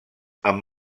amb